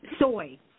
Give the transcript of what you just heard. soy